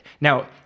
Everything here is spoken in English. now